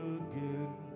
again